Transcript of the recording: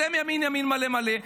אתם ימין ימין מלא מלא,